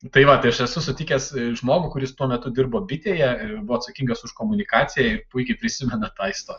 tai va tai aš esu sutikęs žmogų kuris tuo metu dirbo bitėje ir buvo atsakingas už komunikaciją ir puikiai prisimena tą istoriją